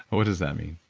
what does that mean?